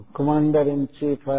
Commander-in-chief